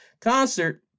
concert